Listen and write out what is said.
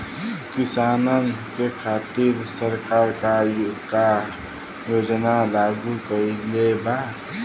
किसानन के खातिर सरकार का का योजना लागू कईले बा?